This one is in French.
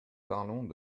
parlons